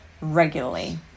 regularly